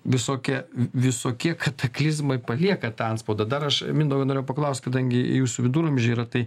visokie v visokie kataklizmai palieka tą antspaudą dar aš mindaugo norėjau paklaust kadangi jūsų viduramžiai yra tai